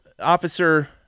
Officer